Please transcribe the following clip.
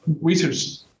research